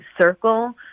circle